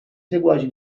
seguaci